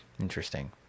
Interesting